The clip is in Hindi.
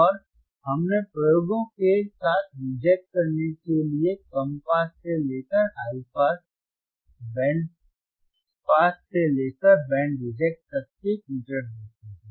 और हमने प्रयोगों के साथ रिजेक्ट करने के लिए कम पास से लेकर हाई पास बैंड पास से लेकर बैंड रिजेक्ट तक के फिल्टर देखे हैं